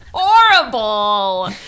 Horrible